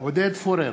עודד פורר,